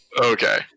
Okay